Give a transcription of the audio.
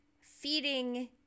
feeding